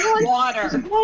water